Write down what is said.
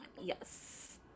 Yes